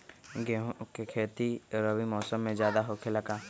गेंहू के खेती रबी मौसम में ज्यादा होखेला का?